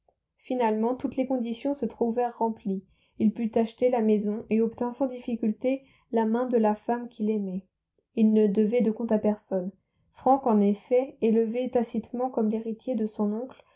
finalement toutes les conditions se trouvèrent remplies il put acheter la maison et obtint sans difficulté la main de la femme qu'il aimait il ne devait de compte à personne frank en effet élevé tacitement comme l'héritier de son oncle